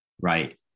right